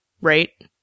right